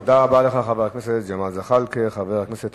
תודה לך, חבר הכנסת